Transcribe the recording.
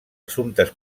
assumptes